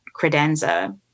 credenza